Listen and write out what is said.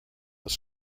was